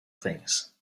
things